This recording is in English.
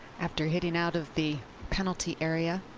after hitting out of the penalty area,